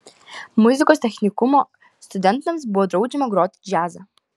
muzikos technikumo studentams buvo draudžiama groti džiazą